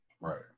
Right